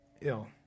ill